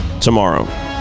tomorrow